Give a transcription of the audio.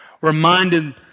reminded